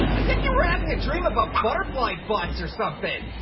i think you were having a dream about butterfly butts or something.